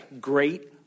great